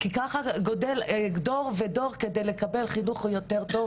כי ככה גודל דור ודור כדי לקבל חינוך יותר טוב